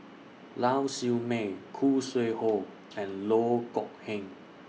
Lau Siew Mei Khoo Sui Hoe and Loh Kok Heng